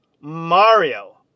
Mario